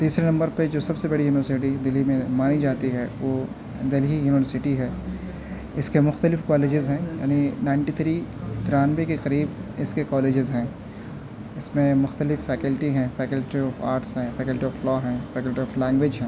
تیسرے نمبر پہ جو سب سے بڑی یونیورسٹی دہلی میں مانی جاتی ہے وہ دہلی یونیورسٹی ہے اس کے مختلف کالیجز ہیں یعنی نائنٹی تھری ترانوے کے قریب اس کے کالیجز ہیں اس میں مختلف فیکلٹی ہیں فیکلٹی آف آرٹس ہیں فیکلٹی آف لاء ہیں فیکلٹی آف لینگویج ہیں